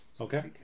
Okay